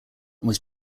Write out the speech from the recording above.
was